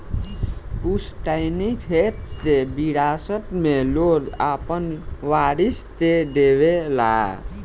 पुस्तैनी खेत के विरासत मे लोग आपन वारिस के देवे ला